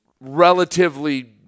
relatively